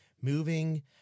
Moving